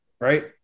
right